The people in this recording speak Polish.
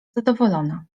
zadowolona